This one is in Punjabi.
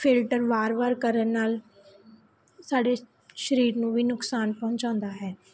ਫਿਲਟਰ ਵਾਰ ਵਾਰ ਕਰਨ ਨਾਲ ਸਾਡੇ ਸਰੀਰ ਨੂੰ ਵੀ ਨੁਕਸਾਨ ਪਹੁੰਚਾਉਂਦਾ ਹੈ